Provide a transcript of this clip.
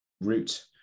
route